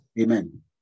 Amen